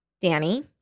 Danny